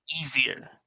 easier